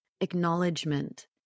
acknowledgement